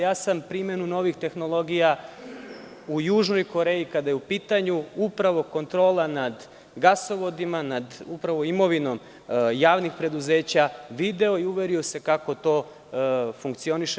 Ja sam primenom novih tehnologija u Južnoj Koreji, kada je upitanju upravo kontrola nad gasovodima, upravo imovinom javnih preduzeća, video i uverio se kako to funkcioniše.